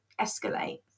escalate